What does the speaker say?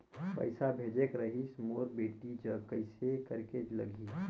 पइसा भेजेक रहिस मोर बेटी जग कइसे करेके लगही?